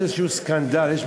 תמיד יש סקנדל כלשהו,